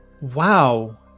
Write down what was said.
wow